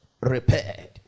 repaired